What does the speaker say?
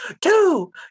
two